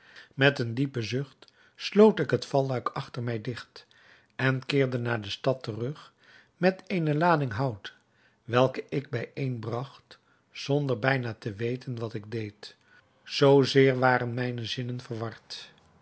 met een diepen zucht sloot ik het valluik achter mij digt en keerde naar de stad terug met eene lading hout welke ik bijeenbragt zonder bijna te weten wat ik deed zoo zeer waren mijne zinnen verward